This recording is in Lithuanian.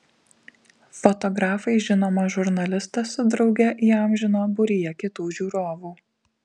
fotografai žinomą žurnalistą su drauge įamžino būryje kitų žiūrovų